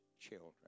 children